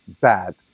bad